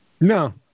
No